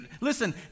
listen